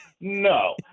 No